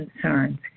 concerns